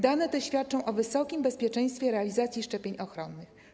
Dane te świadczą o wysokim bezpieczeństwie realizacji szczepień ochronnych.